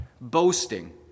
boasting